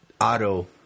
auto